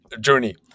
journey